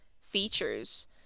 features